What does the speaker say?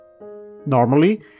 Normally